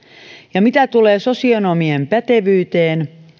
ja mitä tulee sosionomien pätevyyteen niin